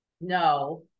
No